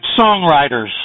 songwriters